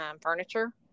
furniture